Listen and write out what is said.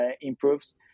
improves